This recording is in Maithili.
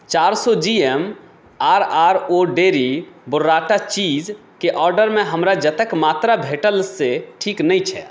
चारि सए G M R R O dairy burrata चीजकेँ ऑर्डरमे हमरा जतेक मात्रा भेटल से ठीक नहि छै